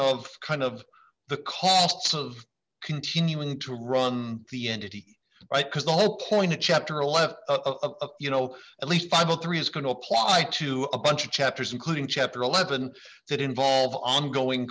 of kind of the costs of continuing to run the entity right because the whole point of chapter eleven a you know at least final three is going to apply to a bunch of chapters including chapter eleven that involve ongoing